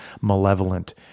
malevolent